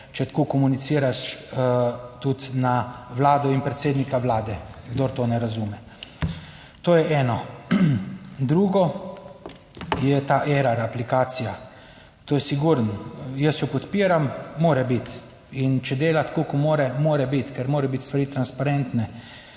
če tako komuniciraš, tudi na vlado in predsednika vlade, kdor to ne razume. To je eno. Drugo, je ta Erar aplikacija. To je sigurno. Jaz jo podpiram, mora biti in če dela tako, kot mora, mora biti, ker morajo biti stvari transparentne